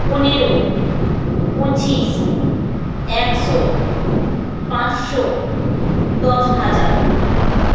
পনেরো পঁচিশ একশো পাঁচশো দশ হাজার